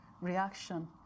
reaction